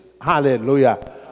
Hallelujah